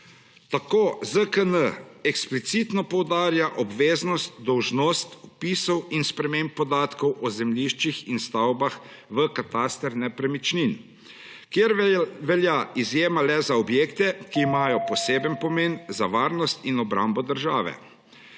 Tako ZKN eksplicitno poudarja obveznost in dolžnost vpisov in sprememb podatkov o zemljiščih in stavbah v kataster nepremičnin, kjer velja izjema le za objekte, ki imajo poseben pomen za varnost in obrambo države.